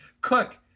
cook